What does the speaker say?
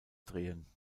drehen